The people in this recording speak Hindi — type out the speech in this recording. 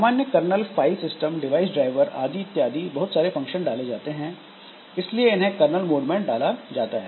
सामान्य कर्नल में फाइल सिस्टम डिवाइस ड्राइवर आदि इत्यादि बहुत सारे फंक्शन डाले जाते हैं इसलिए इन्हें कर्नल मोड में डाला जाता है